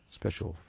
special